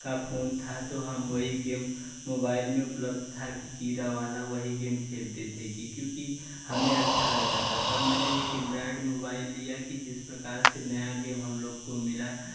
का फ़ोन था तो हम वही गेम मोबाइल में उपलब्ध था कि कीड़ा वाला वही गेम खेलते थे कि क्योंकि हमें अच्छा लगता था तब मैंने एक एंड्राइड मोबाइल लिया कि जिस प्रकार से नया गेम हम लोग को मिला